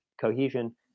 cohesion